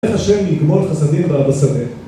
איך השם יגמול חסדים ואת בשדה